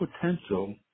Potential